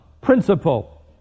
principle